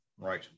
Right